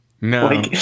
No